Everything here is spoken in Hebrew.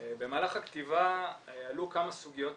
במהלך הכתיבה עלו כמה סוגיות